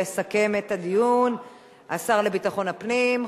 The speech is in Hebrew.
יסכם את הדיון השר לביטחון הפנים,